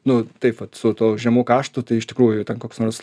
nu taip vat su tuo žemu kaštu tai iš tikrųjų ten koks nors